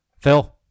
Phil